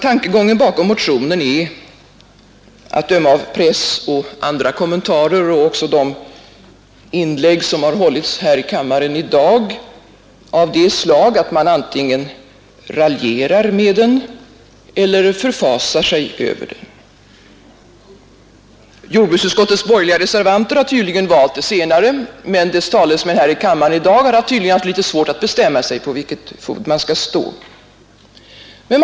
Tankegången bakom motionen är, att döma av pressoch andra kommentarer och även de inlägg som har hållits här i kammaren i dag, av det slag att man antingen raljerar med den eller förfasar sig över den. Jordbruksutskottets borgerliga reservanter har valt det senare, men dess talesmän här i kammaren i dag har tydligen haft litet svårt att bestämma sig för vilken fot de skall stå på.